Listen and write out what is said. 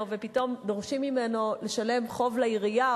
ופתאום דורשים ממנו לשלם חוב לעירייה,